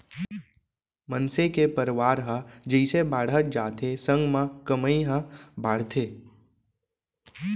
मनसे के परवार ह जइसे बाड़हत जाथे संग म कमई ह बाड़थे